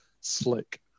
slick